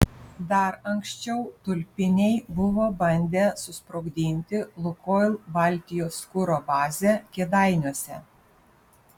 dar anksčiau tulpiniai buvo bandę susprogdinti lukoil baltijos kuro bazę kėdainiuose